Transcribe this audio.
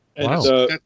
Wow